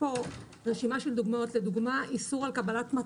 למה המגבלות האלו